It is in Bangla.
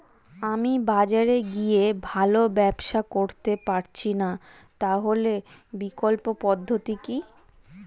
আমি বাজারে গিয়ে ভালো ব্যবসা করতে পারছি না তাহলে বিকল্প পদ্ধতি কি?